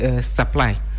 supply